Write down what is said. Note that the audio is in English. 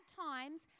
times